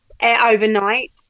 overnight